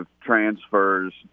transfers